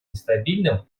нестабильным